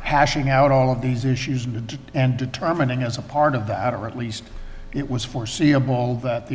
hashing out all of these issues and determining it was a part of that or at least it was foreseeable that the